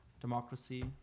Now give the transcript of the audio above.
democracy